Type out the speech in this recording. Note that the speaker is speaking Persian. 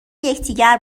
یکدیگر